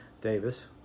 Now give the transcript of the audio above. Davis